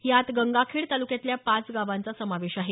यात गंगाखेड तालुक्यातल्या पाच गावांचा समावेश आहे